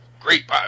Great